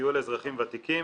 סיוע לאזרחים ותיקים,